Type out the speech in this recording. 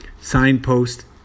Signpost